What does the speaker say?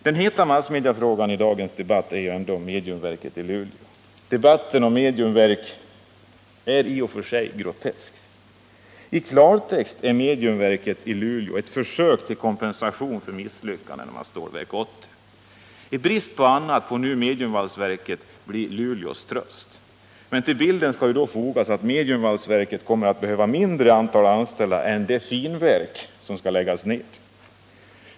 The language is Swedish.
Den heta massmediafrågan i dagens debatt är ändå mediumverket i Luleå. Debatten om mediumverk i Luleå är i och för sig grotesk. I klartext är mediumverket i Luleå ett försök till kompensation för misslyckandet med Stålverk 80. I brist på annat får nu mediumvalsverket bli Luleås tröst. Men till bilden skall då fogas att mediumvalsverket kommer att behöva mindre antal anställda än det finverk som skall läggas ner.